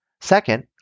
Second